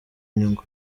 inyungu